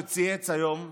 שצייץ היום,